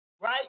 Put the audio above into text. right